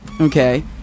Okay